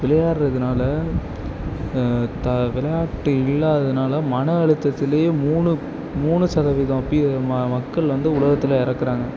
விளையாடுறதுனால த விளையாட்டு இல்லாததனால மன அழுத்தத்திலையே மூணு மூணு சதவீதம் பீ ம மக்கள் வந்து உலகத்தில் இறக்கறாங்க